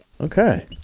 Okay